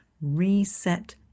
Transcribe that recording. reset